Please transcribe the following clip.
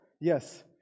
yes